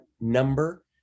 number